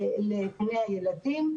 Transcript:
לגני הילדים,